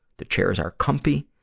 the chairs are comfy,